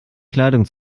kleidung